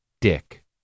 dick